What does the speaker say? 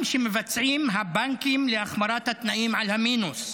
שמבצעים הבנקים להחמרת התנאים על המינוס.